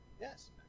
Yes